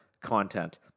content